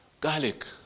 garlic